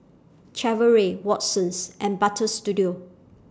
Chevrolet Watsons and Butter Studio